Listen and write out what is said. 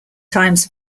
times